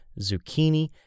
zucchini